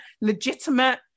legitimate